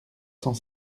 cent